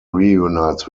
reunites